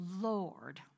Lord